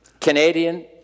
Canadian